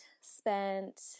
spent